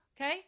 okay